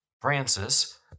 Francis